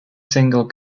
single